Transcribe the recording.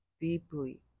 deeply